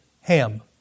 Ham